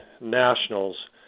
Nationals